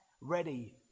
ready